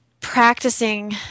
practicing